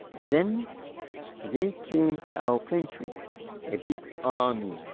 then there came to our country a big army.